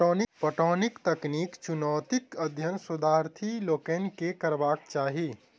पटौनीक तकनीकी चुनौतीक अध्ययन शोधार्थी लोकनि के करबाक चाही